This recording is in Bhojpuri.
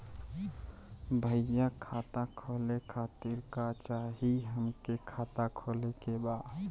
भईया खाता खोले खातिर का चाही हमके खाता खोले के बा?